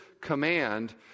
command